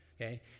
okay